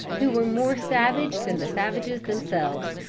who were more savage than the savages themselves.